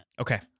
okay